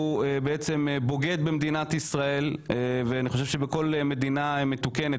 הוא בוגד במדינת ישראל ואני חושב שבכל מדינה מתוקנת,